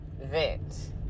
vent